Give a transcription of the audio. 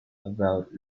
about